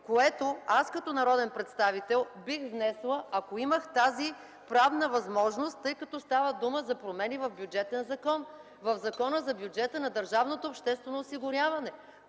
което аз като народен представител бих внесла, ако имах тази правна възможност, тъй като става дума за промени в бюджетен закон – в Закона за бюджета на държавното обществено осигуряване.